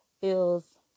feels